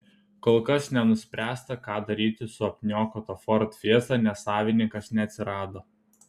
kol kas nenuspręsta ką daryti su apniokota ford fiesta nes savininkas neatsirado